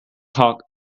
talk